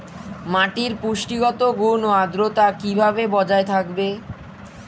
মাটির পুষ্টিগত গুণ ও আদ্রতা কিভাবে বজায় থাকবে?